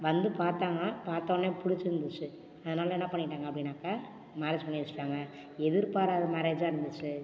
வந்து பார்த்தாங்க பார்த்தோனே பிடிச்சிருந்துச்சி அதனால் என்ன பண்ணிவிட்டாங்க அப்படினாக்கா மேரேஜ் பண்ணி வச்சுட்டாங்க எதிர் பாராத மேரேஜாக இருந்துச்சு